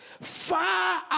Far